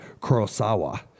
kurosawa